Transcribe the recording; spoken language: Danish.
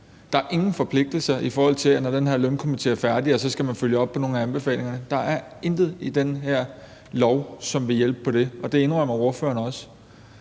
Der er ingen forpligtelser, i forhold til at når den her lønstrukturkomité er færdig, skal man følge op på nogle af anbefalingerne. Der er intet i det her lovforslag, som vil hjælpe på det, og det indrømmer ordføreren også.